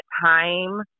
time